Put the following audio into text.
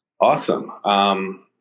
Awesome